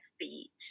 feet